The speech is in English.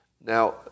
Now